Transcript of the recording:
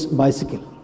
bicycle